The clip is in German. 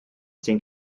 zehn